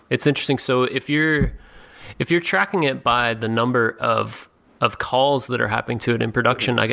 it's interesting. so if you're if you're tracking it by the number of of calls that are happening to it in production,